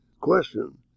question